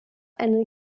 einen